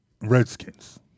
Redskins